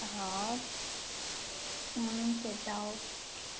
হ্যাঁ হ্যাঁ সেটাও